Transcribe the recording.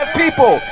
people